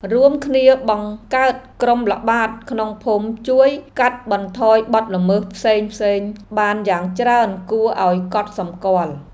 រួមគ្នាបង្កើតក្រុមល្បាតក្នុងភូមិជួយកាត់បន្ថយបទល្មើសផ្សេងៗបានយ៉ាងច្រើនគួរឱ្យកត់សម្គាល់។